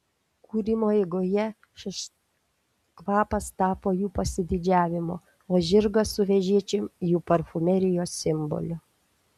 kūrimo eigoje šis kvapas tapo jų pasididžiavimu o žirgas su vežėčiom jų parfumerijos simboliu